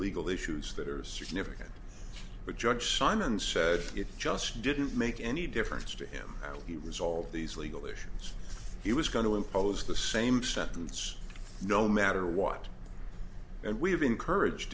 legal issues that are significant the judge simon said it just didn't make any difference to him it was all these legal issues he was going to impose the same sentence no matter what and we've encouraged